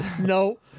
No